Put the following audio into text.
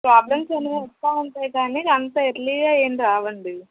problems అనేవి వస్తు ఉంటాయి కానీ మరి అంత ఎర్లీగా ఏమి రావండి